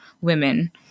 women